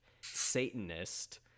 Satanist